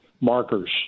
markers